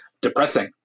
depressing